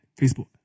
Facebook